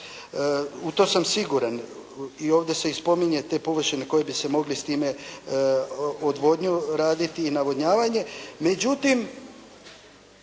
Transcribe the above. u tom sam siguran i ovdje se i spominju te površine koje bi se mogle s time odvodnja raditi i navodnjavanja.